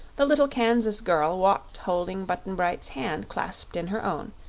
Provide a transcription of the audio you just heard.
the little kansas girl walked holding button-bright's hand clasped in her own,